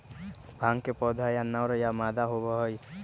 भांग के पौधा या नर या मादा होबा हई